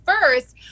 first